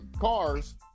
cars